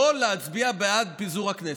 לא להצביע בעד פיזור הכנסת.